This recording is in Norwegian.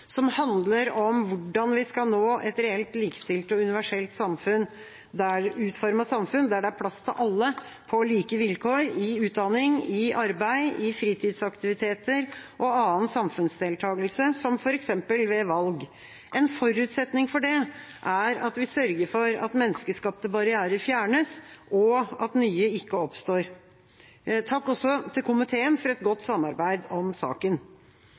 som handler om hvordan vi skal nå et reelt likestilt og universelt utformet samfunn, der det er plass til alle på like vilkår i utdanning, arbeid, fritidsaktiviteter og annen samfunnsdeltakelse, som f.eks. valg. En forutsetning for det er at vi sørger for at menneskeskapte barrierer fjernes, og at nye ikke oppstår. Jeg vil også takke komiteen for et godt samarbeid i saken. På grunn av covid-19-pandemien har komiteen i stedet for å avholde høring bedt om